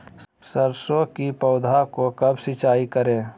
सरसों की पौधा को कब सिंचाई करे?